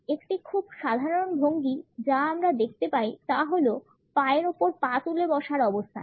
একটি খুব সাধারণ ভঙ্গি যা আমরা দেখতে পাই তা হল পায়ের উপর পা তুলে বসার অবস্থান